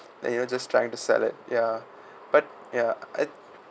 then you know just trying to sell it ya but ya I